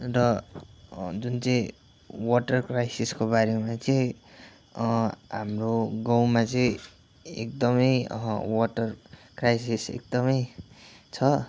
र जुन चाहिँ वाटर क्राइसिसको बारेमा चाहिँ हाम्रो गाउँमा चाहिँ एकदमै वाटर क्राइसिस एकदमै छ